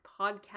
podcast